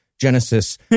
Genesis